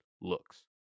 looks